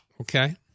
Okay